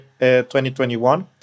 2021